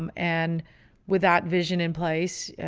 um and with that vision in place,